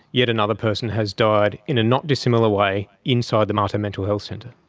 yet another person has died in a not dissimilar way inside the mater mental health and